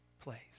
place